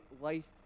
life